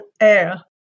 air